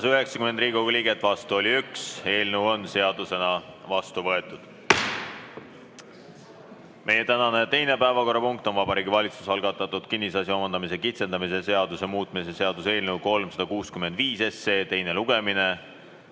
90 Riigikogu liiget, vastu oli 1. Eelnõu on seadusena vastu võetud. Meie tänane teine päevakorrapunkt on Vabariigi Valitsuse algatatud kinnisasja omandamise kitsendamise seaduse muutmise seaduse eelnõu 365 teine lugemine.